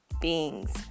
beings